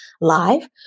live